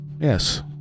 yes